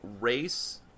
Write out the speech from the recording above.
race